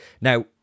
Now